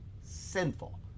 sinful